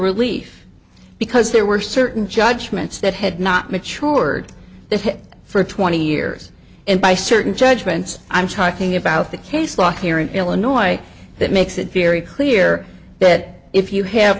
relief because there were certain judgments that had not mature that for twenty years and by certain judgments i'm talking about the case law here in illinois that makes it very clear that if you have